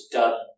done